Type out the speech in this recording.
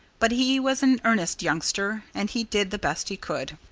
but he was an earnest youngster and he did the best he could.